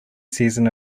season